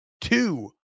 two